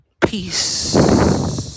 Peace